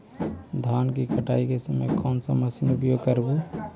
धान की कटाई के समय कोन सा मशीन उपयोग करबू?